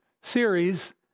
series